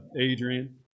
Adrian